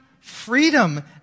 freedom